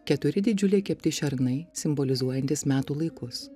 keturi didžiuliai kepti šernai simbolizuojantys metų laikus